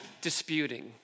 disputing